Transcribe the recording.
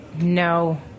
No